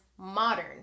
modern